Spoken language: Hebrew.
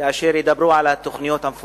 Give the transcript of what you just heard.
כאשר ידברו שם